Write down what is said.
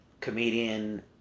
comedian